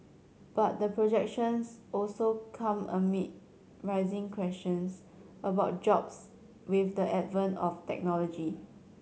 but the projections also come amid rising questions about jobs with the advent of technology